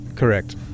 correct